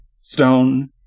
stone